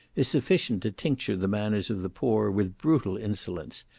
is sufficient to tincture the manners of the poor with brutal insolence,